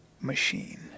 machine